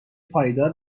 پایدار